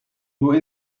nur